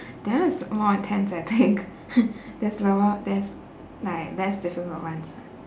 that one's more intense I think there's like more there's like less difficult ones lah